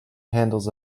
handles